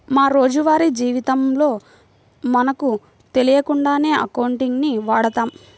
మా రోజువారీ జీవితంలో మనకు తెలియకుండానే అకౌంటింగ్ ని వాడతాం